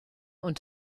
und